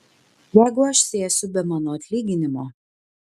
jeigu aš sėsiu be mano atlyginimo